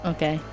Okay